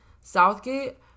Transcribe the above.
Southgate